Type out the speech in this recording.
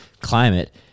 climate